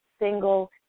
single